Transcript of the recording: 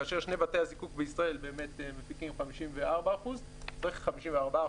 כאשר שני בתי הזיקוק בישראל באמת מפיקים 54%. צריך לדעת